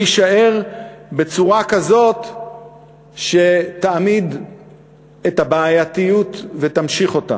יישאר בצורה כזאת שתעמיד את הבעייתיות ותמשיך אותה.